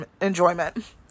enjoyment